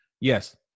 Yes